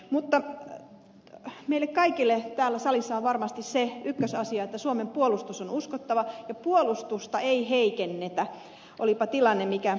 mutta meille kaikille täällä salissa on varmasti se ykkösasia että suomen puolustus on uskottava ja puolustusta ei heikennetä olipa tilanne mikä tahansa